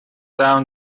down